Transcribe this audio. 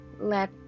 let